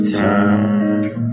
time